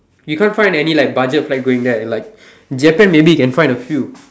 you can't find any like budget flight going there like Japan maybe you can find a few